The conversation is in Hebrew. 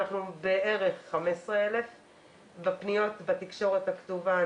בערך 15,000. בתקשורת הכתובה,